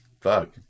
fuck